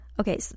Okay